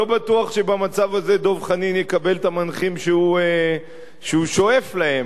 אני לא בטוח שבמצב הזה דב חנין יקבל את המנחים שהוא שואף להם.